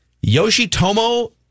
Yoshitomo